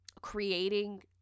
creating